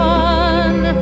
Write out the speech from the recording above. one